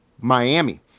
Miami